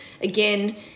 again